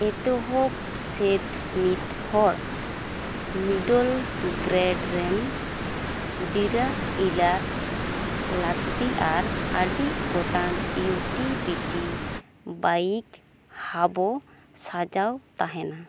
ᱮᱛᱚᱦᱚᱵ ᱥᱮᱫ ᱢᱤᱫᱦᱚᱲ ᱢᱤᱰᱚᱞ ᱜᱨᱮᱰ ᱨᱮᱱ ᱰᱤᱨᱟ ᱤᱞᱟᱨ ᱞᱟᱠᱛᱤ ᱟᱨ ᱟᱰᱤ ᱜᱚᱴᱟᱝ ᱤᱭᱩᱴᱤᱯᱤᱴᱤ ᱵᱟᱭᱤᱠ ᱦᱟᱵᱚ ᱥᱟᱡᱟᱣ ᱛᱟᱦᱮᱱᱟ